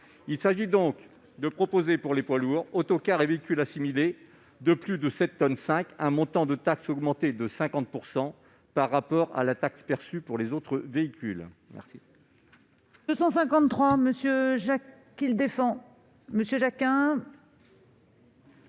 de l'Afitf. Nous proposons, pour les poids lourds, autocars et véhicules assimilés de plus de 7,5 tonnes, un montant de taxe augmenté de 50 % par rapport à la taxe perçue par les autres véhicules.